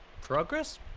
...progress